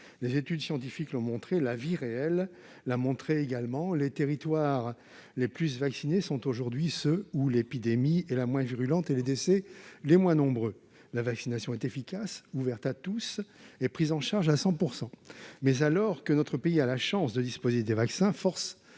Les études scientifiques l'ont montré. La « vie réelle » l'a montré également : les territoires les plus vaccinés sont aujourd'hui ceux où l'épidémie est la moins virulente et les décès les moins nombreux. La vaccination est efficace, ouverte à tous, prise en charge à 100 %. Mais alors que notre pays a la chance de disposer de vaccins, force